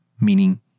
meaning